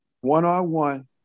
one-on-one